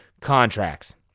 contracts